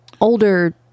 older